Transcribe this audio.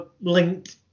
linked